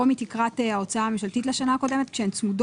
מתקרת ההוצאה הממשלתית לשנה הקודמת שהיא צמודה